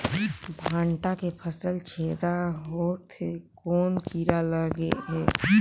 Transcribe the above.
भांटा के फल छेदा होत हे कौन कीरा लगे हे?